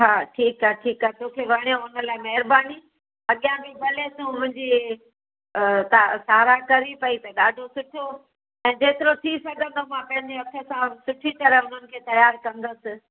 हा ठीकु आहे ठीकु आहे तोखे वणियो उन लाइ महिरबानी अॻियां बि भले तू मुंहिंजी स सारा करी पई त ॾाढो सुठो ऐं जेतिरो थी सघंदो मां पंहिंजे हथ सां सुठी तरहि उन्हनि खे तयारु कंदसि